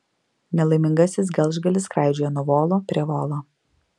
nelaimingasis gelžgalis skraidžioja nuo volo prie volo